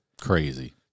Crazy